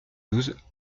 douze